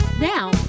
Now